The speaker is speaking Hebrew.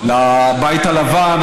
לבית הלבן,